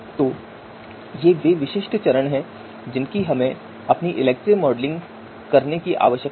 तो ये विशिष्ट चरण हैं जिनकी हमें अपनी ELECTRE मॉडलिंग करने की आवश्यकता है